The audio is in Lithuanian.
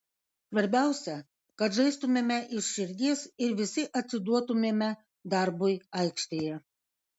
svarbiausia kad žaistumėme iš širdies ir visi atsiduotumėme darbui aikštėje